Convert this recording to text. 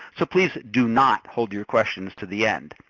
so please do not hold your questions to the end.